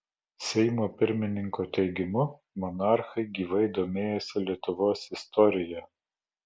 seimo pirmininko teigimu monarchai gyvai domėjosi lietuvos istorija